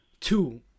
Two